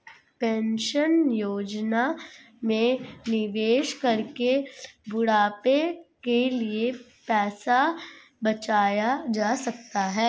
pension योजना में निवेश करके बुढ़ापे के लिए पैसा बचाया जा सकता है